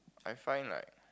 I find like